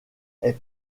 est